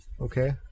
Okay